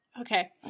Okay